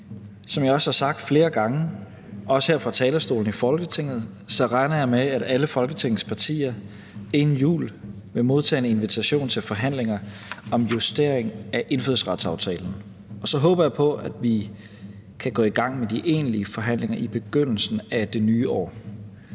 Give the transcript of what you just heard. Som jeg har sagt flere gange, også her fra talerstolen i Folketinget, regner jeg med, at alle Folketingets partier inden jul vil modtage en invitation til forhandlinger om justering af indfødsretsaftalen, og så håber jeg på, at vi kan gå i gang med de egentlige forhandlinger i begyndelsen af det nye år.